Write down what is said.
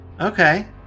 Okay